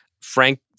Frank